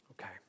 Okay